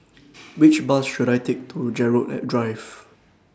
Which Bus should I Take to Gerald Drive